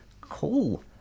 Cool